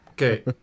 Okay